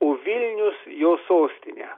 o vilnius jos sostine